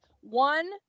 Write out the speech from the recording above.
one